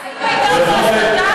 האם הייתה פה הסתה?